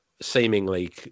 seemingly